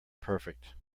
perfect